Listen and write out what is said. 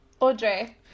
Audrey